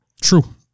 True